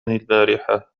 البارحة